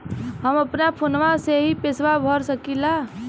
हम अपना फोनवा से ही पेसवा भर सकी ला?